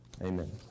Amen